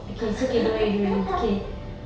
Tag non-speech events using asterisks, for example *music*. *laughs*